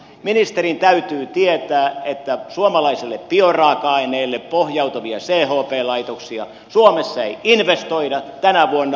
ministerin täytyy tietää että suomalaiselle bioraaka aineelle pohjautuvia chp laitoksia suomessa ei investoida tänä vuonna